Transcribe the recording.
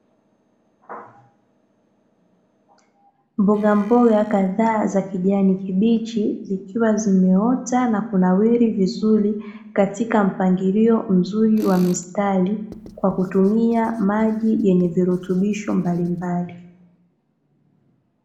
Mboga mboga kadhaa za kijani kibichi, zikiwa zimeota na kunawiri vizuri katika mpangilio mzuri wa mistari kwa kutumia maji yenye virutubisho mbalimbali.